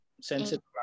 sensitive